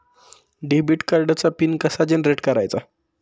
Debit कार्डचा PIN कसा generate करायचा?